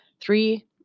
three